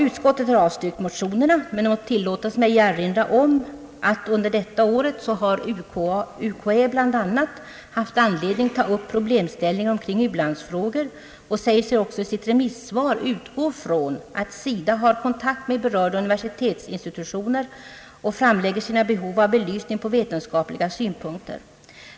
Utskottet har avstyrkt motionerna, men det må tillåtas mig att erinra om att under detta år har universitetskanslersämbetet bl.a. haft anledning att ta upp problemställningar beträffande ulandsfrågor och att ämbetet också i sitt remissvar utgår från att SIDA har kontakt med berörda universitetsinstitutioner och framlägger sina behov av belysning av vetenskapliga synpunkter.